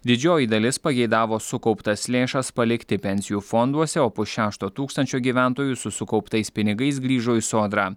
didžioji dalis pageidavo sukauptas lėšas palikti pensijų fonduose o pus šešto tūkstančio gyventojų su sukauptais pinigais grįžo į sodrą